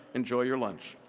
enjoy your lunch.